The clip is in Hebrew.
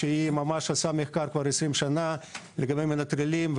שעושה מחקר כבר כ-20 שנים לגבי מנטרלים,